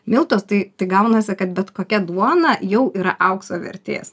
miltus tai tai gaunasi kad bet kokia duona jau yra aukso vertės